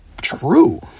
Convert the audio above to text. true